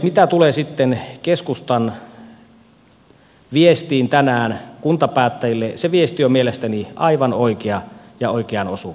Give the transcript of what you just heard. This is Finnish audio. mitä tulee sitten keskustan viestiin tänään kuntapäättäjille se viesti on mielestäni aivan oikea ja oikeaan osuva